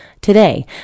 Today